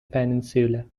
peninsula